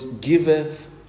giveth